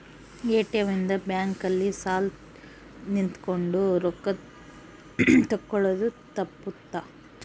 ATM ಇಂದ bank ಅಲ್ಲಿ ಸಾಲ್ ನಿಂತ್ಕೊಂಡ್ ರೊಕ್ಕ ತೆಕ್ಕೊಳೊದು ತಪ್ಪುತ್ತ